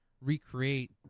recreate